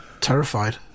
terrified